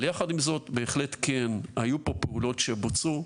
אבל יחד עם זאת, בהחלט כן, היו פה פעולות שבוצעו,